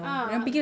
ah